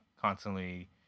constantly